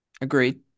Agreed